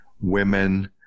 women